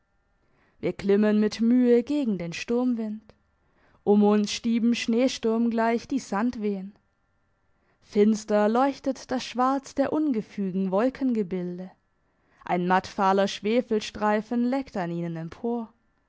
wir klimmen mit mühe gegen den sturmwind um uns stieben schneesturmgleich die sandwehen finster leuchtet das schwarz der ungefügen wolkengebilde ein mattfahler schwefelstreifen leckt an ihnen empor